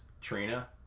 Trina